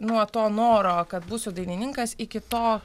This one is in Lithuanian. nuo to noro kad būsiu dainininkas iki to